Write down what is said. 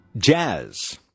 Jazz